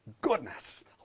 goodness